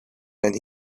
and